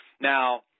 Now